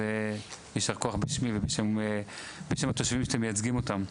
יישר כוח בשמי ובשם התושבים שאתם מייצגים אותם,